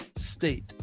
state